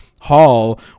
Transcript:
hall